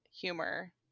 humor